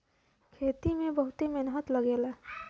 खेती में बहुते मेहनत लगेला